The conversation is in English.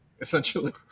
essentially